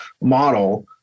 model